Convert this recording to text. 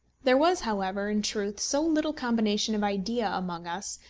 there was, however, in truth so little combination of idea among us,